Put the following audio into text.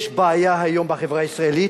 יש בעיה היום בחברה הישראלית,